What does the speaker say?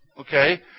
okay